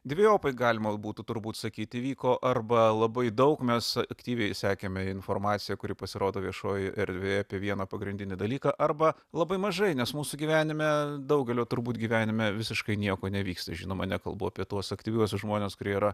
dvejopai galima būtų turbūt sakyti įvyko arba labai daug mes aktyviai sekėme informaciją kuri pasirodo viešojoje erdvėje apie vieną pagrindinį dalyką arba labai mažai nes mūsų gyvenime daugelio turbūt gyvenime visiškai nieko nevyksta žinoma nekalbu apie tuos aktyviuosius žmones kurie yra